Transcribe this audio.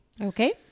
Okay